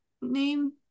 name